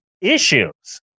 issues